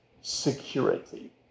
security